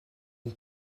une